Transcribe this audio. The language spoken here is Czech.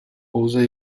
pouze